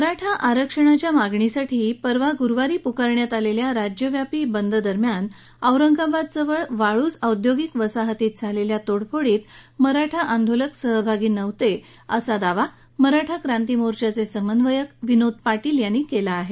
मराठा आरक्षणाच्या मागणीसाठी परवा गुरुवारी पुकारण्यात आलेल्या राज्यव्यापी बंद दरम्यान औरंगाबादमधल्या वाळूज औद्योगिक वसाहतीत झालेल्या तोडफोडीत मराठा आंदोलक नव्हते असा दावा मराठा क्रांती मोर्चाचे समन्वयक विनोद पाटील यांनी केला आहे